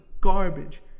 garbage